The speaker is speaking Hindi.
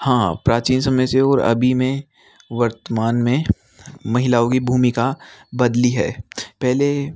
हाँ प्राचीन समय से हो और अभी में वर्तमान में महिलाओं की भूमिका बदली है पहले